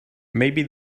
maybe